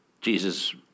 Jesus